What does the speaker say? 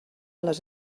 les